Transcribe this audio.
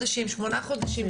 שמונה חודשים,